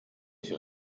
ich